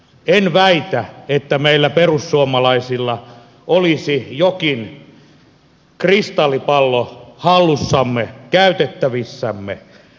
en väitä että meillä perussuomalaisilla olisi jokin kristallipallo hallussamme käytettävissämme